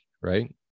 right